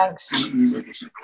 Thanks